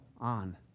on